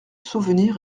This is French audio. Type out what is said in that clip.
souvenir